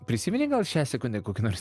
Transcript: prisimeni gal šią sekundę kokį nors